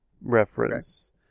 reference